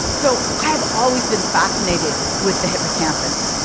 so i've always been fascinated with the hippocampus.